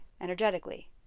energetically